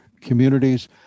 communities